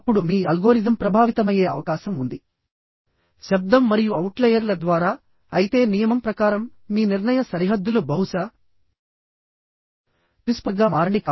లేదా ఈ పాత్స అవి 1 2 3 1 2 4 5 6 1 2 5 6 మరియు 1 2 4 7 యొక్క నెట్ ఏరియాస్ ని కనుక్కొని ఇందులో ఏది తక్కువగా ఉంటే ఆ పాత్ క్రిటికల్ అవుతుంది